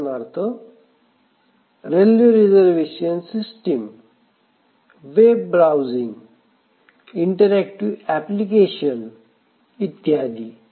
उदाहरणार्थ railway reservation system web browsing interactive application इत्यादी